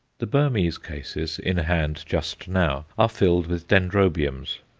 the burmese cases in hand just now are filled with dendrobiums,